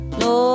no